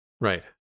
Right